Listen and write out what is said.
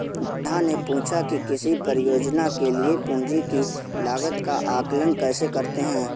नेहा ने पूछा कि किसी परियोजना के लिए पूंजी की लागत का आंकलन कैसे करते हैं?